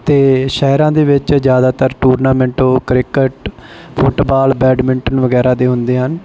ਅਤੇ ਸ਼ਹਿਰਾਂ ਦੇ ਵਿੱਚ ਜ਼ਿਆਦਾਤਰ ਟੂਰਨਾਮੈਂਟ ਓ ਕ੍ਰਿਕਟ ਫੁੱਟਬਾਲ ਬੈਡਮਿੰਟਨ ਵਗੈਰਾ ਦੇ ਹੁੰਦੇ ਹਨ